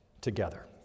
together